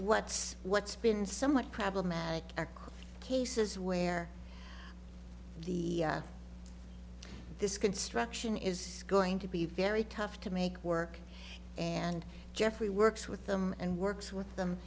what's what's been somewhat problematic are cases where the this construction is going to be very tough to make work and geoffrey works with them and works with them